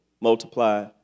multiply